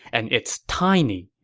and it's tiny.